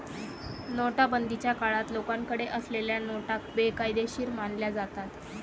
नोटाबंदीच्या काळात लोकांकडे असलेल्या नोटा बेकायदेशीर मानल्या जातात